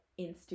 Instagram